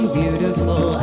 beautiful